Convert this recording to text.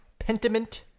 pentiment